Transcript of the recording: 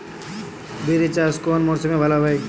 বিরি চাষ কোন মরশুমে ভালো হবে?